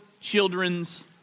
children's